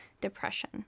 depression